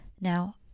Now